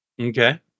Okay